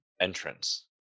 entrance